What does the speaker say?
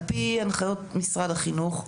על פי הנחיות משרד החינוך,